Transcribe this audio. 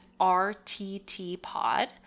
rttpod